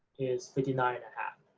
is fifty nine and a half.